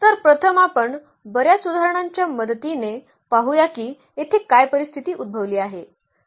तर प्रथम आपण बर्याच उदाहरणांच्या मदतीने पाहूया की येथे काय परिस्थिती उद्भवली आहे